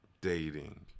dating